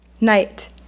Night